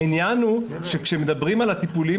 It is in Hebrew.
העניין הוא שכאשר מדברים על הטיפולים